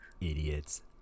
Idiots